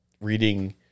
reading